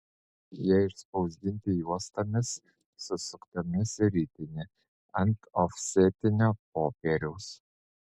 jie išspausdinti juostomis susuktomis į ritinį ant ofsetinio popieriaus